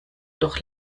doch